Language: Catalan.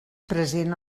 present